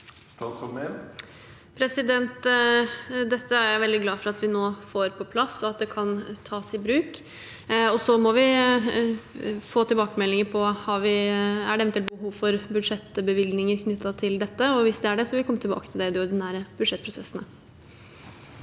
Emilie Mehl Dette er jeg veldig glad for at vi nå får på plass, og at det kan tas i bruk. Så må vi få tilbakemeldinger på om det eventuelt er behov for budsjettbevilgninger knyttet til dette. Hvis det er det, vil vi komme tilbake til det i de ordinære budsjettprosessene.